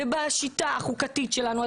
ובשיטה החוקתית שלנו,